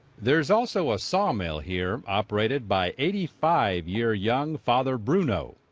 there is also a sawmill here operated by eighty five year young father bruno.